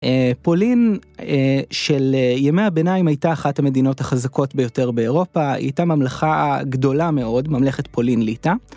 פולין של ימי הביניים הייתה אחת המדינות החזקות ביותר באירופה, היא הייתה ממלכה גדולה מאוד, ממלכת פולין-ליטא.